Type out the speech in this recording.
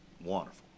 wonderful